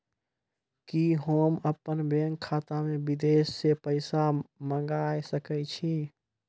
कि होम अपन बैंक खाता मे विदेश से पैसा मंगाय सकै छी?